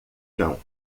não